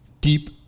deep